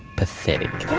pathetic,